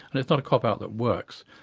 and it's not a cop out that works.